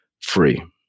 free